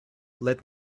let